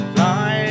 Fly